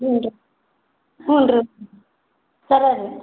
ಹ್ಞೂ ರೀ ಹ್ಞೂ ರೀ ಸರಿ ರೀ